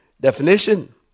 Definition